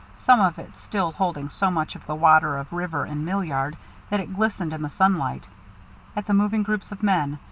some of it still holding so much of the water of river and mill-yard that it glistened in the sunlight at the moving groups of men,